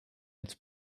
its